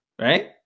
right